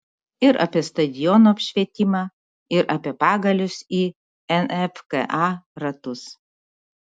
ir apie stadionų apšvietimą ir apie pagalius į nfka ratus